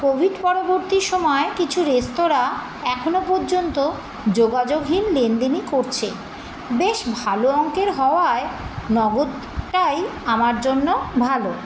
Covid পরবর্তী সময়ে কিছু রেস্তোরাঁ এখনও পর্যন্ত যোগাযোগহীন লেনদেনই করছে বেশ ভালো অঙ্কের হওয়ায় নগদটাই আমার জন্য ভালো